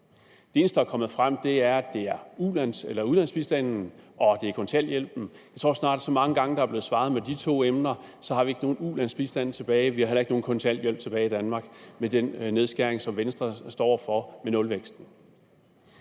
Det eneste, der er kommet frem, er, at det er på ulandsbistanden og kontanthjælpen. Jeg tror, at der snart er svaret så mange gange, at det er på de to emner, at vi ikke har nogen ulandsbistand tilbage, og vi har heller ikke nogen kontanthjælp tilbage i Danmark med den nedskæring, som Venstre vil med en nulvækst.